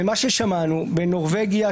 ממה ששמענו בנורבגיה,